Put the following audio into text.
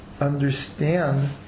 understand